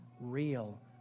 real